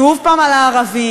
שוב פעם על הערבים,